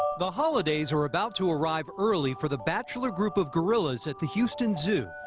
the holidays are about to arrive early for the bachelor group of gorillas at the houston zoo.